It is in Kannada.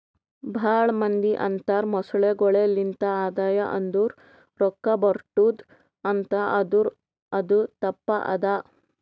ಭಾಳ ಮಂದಿ ಅಂತರ್ ಮೊಸಳೆಗೊಳೆ ಲಿಂತ್ ಆದಾಯ ಅಂದುರ್ ರೊಕ್ಕಾ ಬರ್ಟುದ್ ಅಂತ್ ಆದುರ್ ಅದು ತಪ್ಪ ಅದಾ